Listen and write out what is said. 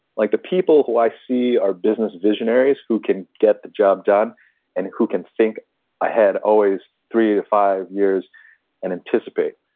like the people who i see are business visionaries who can get the job done and who can think ahead always three, five years and anticipate,